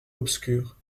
obscur